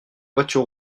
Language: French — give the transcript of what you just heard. voiture